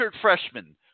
freshman